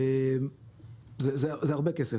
זה הרבה כסף,